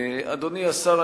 אדוני השר,